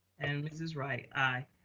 and mrs. wright, i,